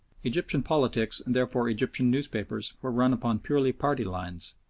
egyptian politics and therefore egyptian newspapers were run upon purely party lines,